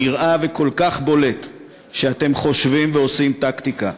נראה, וכל כך בולט, שאתם חושבים ועושים טקטיקה.